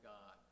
God